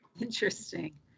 Interesting